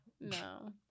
No